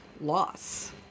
loss